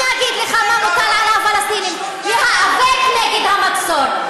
אני אגיד לך מה מוטל על הפלסטינים: להיאבק נגד המצור.